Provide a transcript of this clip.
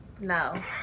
No